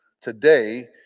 today